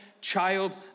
child